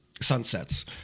sunsets